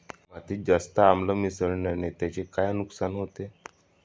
मातीत जास्त आम्ल मिसळण्याने त्याचे काय नुकसान होते?